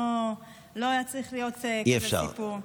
לא היה צריך להיות כזה סיפור.